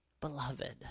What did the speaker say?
beloved